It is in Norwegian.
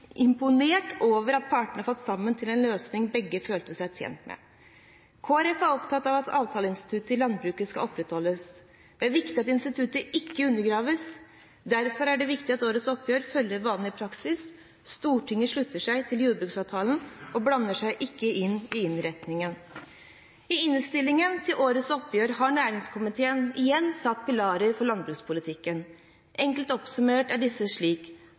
imponert over at partene fant sammen til en løsning begge følte seg tjent med. Kristelig Folkeparti er opptatt av at avtaleinstituttet i landbruket skal opprettholdes. Det er viktig at instituttet ikke undergraves. Derfor er det viktig at årets oppgjør følger vanlig praksis. Stortinget slutter seg til jordbruksavtalen og blander seg ikke inn i innretningen. I innstillingen til årets oppgjør har næringskomiteen igjen satt pilarer for landbrukspolitikken. Enkelt oppsummert er disse slik: